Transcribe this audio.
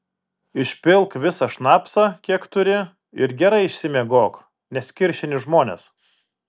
išpilk visą šnapsą kiek turi ir gerai išsimiegok nes kiršini žmones